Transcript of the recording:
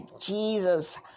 Jesus